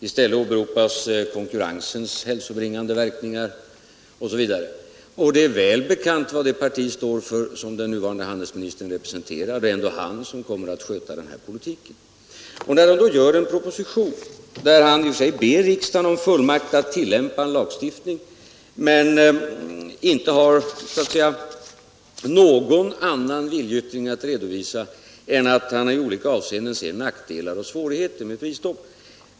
I stället åberopas konkurrensens hälsobringande verkningar osv. Och det är väl bekant vad det parti står för som den nuvarande handelsministern representerar, och det är ändå han som kommer att sköta den här politiken. När han då gör en proposition, där han i och för sig ber riksdagen om fullmakt att tillämpa en lagstiftning, visar han ingen viljeyttring, utan ser bara nackdelar och svårigheter i olika avseenden med prisstoppet.